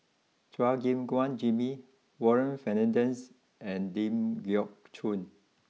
Chua Gim Guan Jimmy Warren Fernandez and Ling Geok Choon